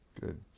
good